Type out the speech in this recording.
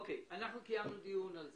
אנחנו קיימנו דיון על זה.